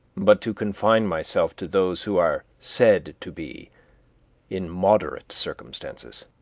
but to confine myself to those who are said to be in moderate circumstances.